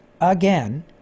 again